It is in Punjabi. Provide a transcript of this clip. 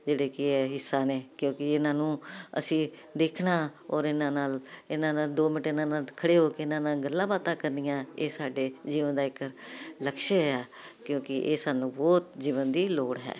ਜਿਹੜੇ ਕਿ ਇਹ ਹਿੱਸਾ ਨੇ ਕਿਉਂਕਿ ਇਨ੍ਹਾਂ ਨੂੰ ਅਸੀਂ ਦੇਖਣਾ ਔਰ ਇਨ੍ਹਾਂ ਨਾਲ ਇਨ੍ਹਾਂ ਨਾਲ ਦੋ ਮਿੰਟ ਇਨ੍ਹਾਂ ਨਾਲ ਖੜ੍ਹੇ ਹੋ ਕੇ ਇਨ੍ਹਾਂ ਨਾਲ ਗੱਲਾਂ ਬਾਤਾਂ ਕਰਨੀਆਂ ਇਹ ਸਾਡੇ ਜੀਵਨ ਦਾ ਇੱਕ ਲਕਸ਼ਯ ਹੈ ਕਿਉਂਕਿ ਇਹ ਸਾਨੂੰ ਬਹੁਤ ਜੀਵਨ ਦੀ ਲੋੜ ਹੈ